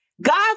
God